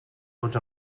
vots